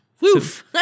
Woof